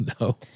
No